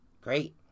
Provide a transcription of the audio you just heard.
Great